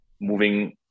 moving